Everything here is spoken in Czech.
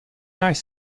náš